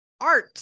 art